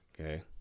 Okay